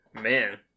Man